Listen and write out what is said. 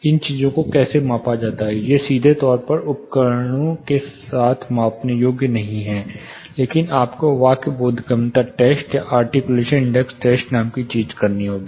इन चीजों को कैसे मापा जाता है ये सीधे तौर पर उपकरणों के साथ मापने योग्य नहीं हैं लेकिन आपको वाक् बोधगम्यता टेस्ट या आर्टिक्यूलेशन टेस्ट नाम की चीज करनी होगी